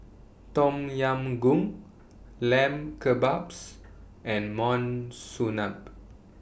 Tom Yam Goong Lamb Kebabs and Monsunabe